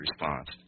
response